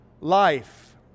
life